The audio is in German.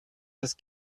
das